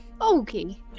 Okay